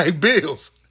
bills